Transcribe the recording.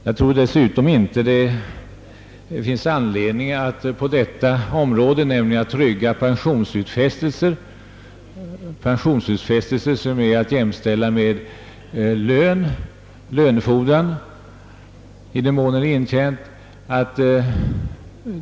Jag anser att det finns all anledning att trygga pensionsutfästelser som — i den mån de är intjänade är att jämställa med lönefordringar.